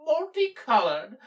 multicolored